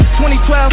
2012